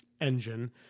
engine